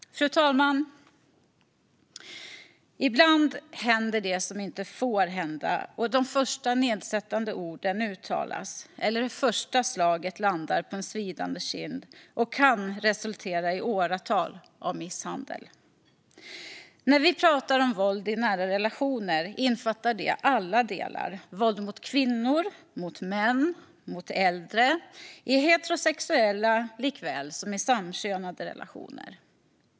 Fru talman! Ibland händer det som inte får hända, och de första nedsättande orden uttalas eller det första slaget landar på en svidande kind och kan resultera i åratal av misshandel. När vi talar om våld i nära relationer innefattar det alla delar: våld mot kvinnor, mot män, mot äldre, i heterosexuella och i samkönade relationer.